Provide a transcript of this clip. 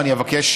ואני אבקש,